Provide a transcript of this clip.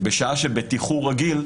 בשעה שבתיחור רגיל,